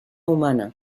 humana